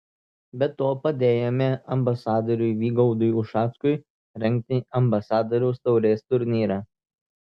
be to padėjome ambasadoriui vygaudui ušackui rengti ambasadoriaus taurės turnyrą